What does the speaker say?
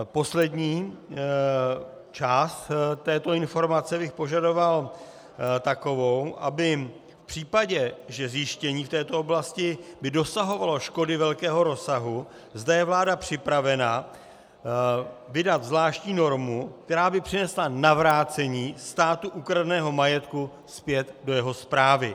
Poslední část této informace bych požadoval takovou, aby v případě, že zjištění v této oblasti by dosahovalo škody velkého rozsahu, zda je vláda připravena vydat zvláštní normu, která by přinesla navrácení státu ukradeného majetku zpět do jeho správy.